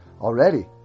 already